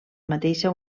mateixa